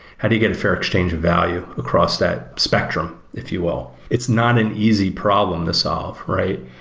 how do you get a fair exchange of value across that spectrum, if you will? it's not an easy problem to solve, right?